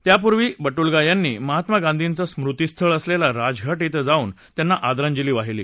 त्यापूर्वी बटुलगा यांनी महात्मा गांधींचं स्मृतिस्थळ असलेल्या राजघाट क्वें जाऊन आदरांजली वाहिली